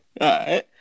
right